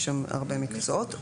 יש שם הרבה מקצועות,